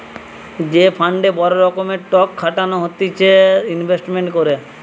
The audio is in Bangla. যে ফান্ডে বড় রকমের টক খাটানো হতিছে ইনভেস্টমেন্ট করে